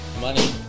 money